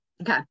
okay